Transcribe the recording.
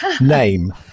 name